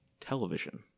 television